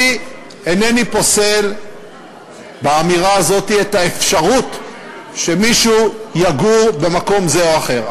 אני אינני פוסל באמירה הזאת את האפשרות שמישהו יגור במקום זה או אחר,